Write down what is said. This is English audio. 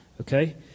Okay